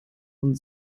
und